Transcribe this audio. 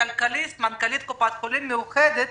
בכלכליסט מנכ"לית קופת חולים מאוחדת